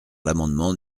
l’amendement